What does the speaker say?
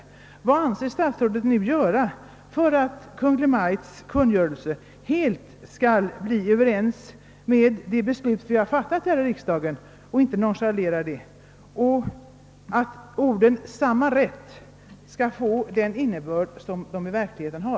Jag vill därför fråga vad statsrådet anser böra göras nu för att Kungl. Maj:ts kungörelse skall bringas helt i överensstämmelse med det beslut vi fattat här i riksdagen och för att orden »samma rätt» skall få den innebörd de i verkligheten har.